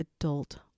adult